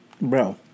bro